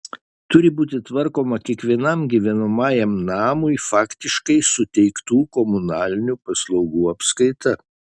turi būti tvarkoma kiekvienam gyvenamajam namui faktiškai suteiktų komunalinių paslaugų apskaita